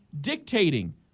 dictating